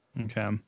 Okay